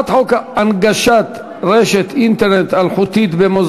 31 מתנגדים, ארבעה בעד.